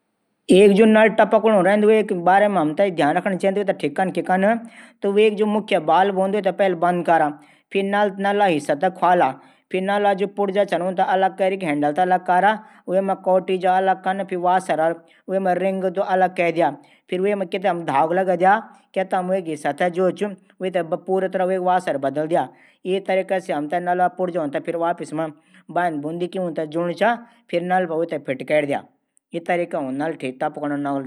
एक जू नल टपकणू रैंदू वेकू बारा मा हमथै ध्यान रखण चैंद की ठिक कनके कन पैली वेक मुख्य वाल हूदू वेथे बंद कन। फिर नल हिस्सा थै खुवाला फिर नल पुर्जा अलग कनन। कोटिज वासर अलग कैरी की फिर वेफर धागू बाधी द्या। या त वासर बदली नया वासर लगे द्या। बस ठीक हवेग्या।